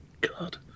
God